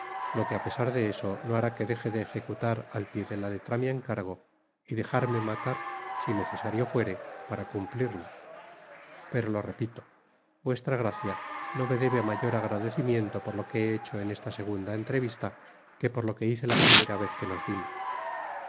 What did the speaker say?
lo que apesar de eso no hará que deje de ejecutar al pié de la letra mi encargo y dejarme matar si necesario fuere para cumplirlo pero lo repito vuestra gracia no me debe mayor agradecimiento por lo que he hecho en esta segunda entrevista que por lo que hice la primera vez que nos vimos